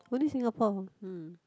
only Singapore hmm